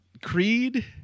Creed